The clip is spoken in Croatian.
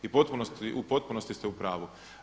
I u potpunosti ste u pravu.